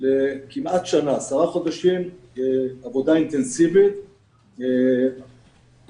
כמעט שנה, 10 חודשים, לעבודה אינטנסיבית כאשר